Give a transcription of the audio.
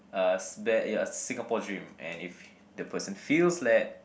uh s~ there ya Singapore dream and if the person feels that